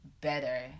better